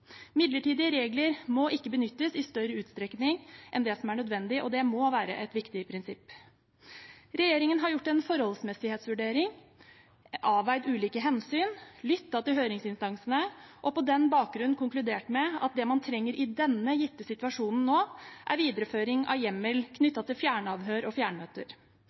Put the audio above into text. Midlertidige regler må ikke benyttes i større utstrekning enn det som er nødvendig, og det må være et viktig prinsipp. Regjeringen har gjort en forholdsmessighetsvurdering, avveid ulike hensyn, lyttet til høringsinstansene og på den bakgrunn konkludert med at det man trenger i denne gitte situasjonen nå, er videreføring av hjemmel knyttet til fjernavhør og fjernmøter.